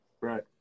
Right